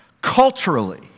culturally